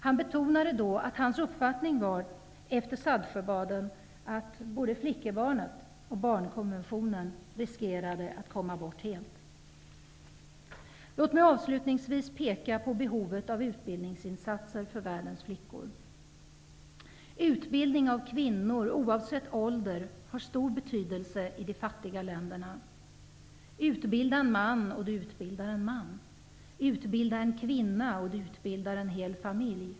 Han betonade då att hans uppfattning efter Saltsjöbaden var att både flickebarnet och barnkonventionen riskerade att helt komma bort. Låt mig avslutningsvis peka på behovet av utbildningsinsatser för världens flickor. Utbildning av kvinnor, oavsett ålder, har stor betydelse i de fattiga länderna. Utbilda en man, och du utbildar en man. Utbilda en kvinna, och du utbildar en hel familj.